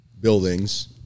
buildings